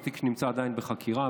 זה תיק שנמצא עדיין בחקירה,